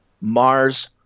Mars